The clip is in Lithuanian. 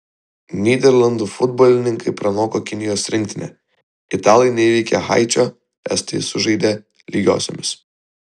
nyderlandų futbolininkai pranoko kinijos rinktinę italai neįveikė haičio estai sužaidė lygiosiomis